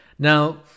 Now